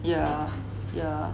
yeah yeah